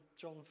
John